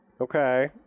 Okay